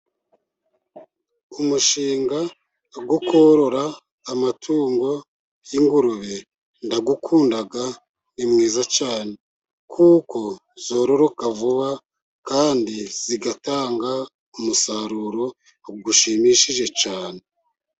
Umushinga wo korora amatungo y'ingurube ndawukunda, ni mwiza cyane kuko zororoka vuba, kandi zigatanga umusaruro ushimishije cyane.